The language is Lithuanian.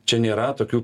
čia nėra tokių